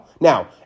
now